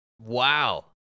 Wow